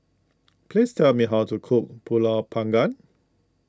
please tell me how to cook Pulut Panggang